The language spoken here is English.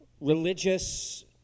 religious